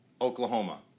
Oklahoma